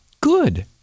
Good